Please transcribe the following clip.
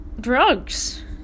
drugs